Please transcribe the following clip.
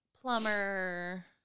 plumber